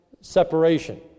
separation